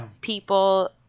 people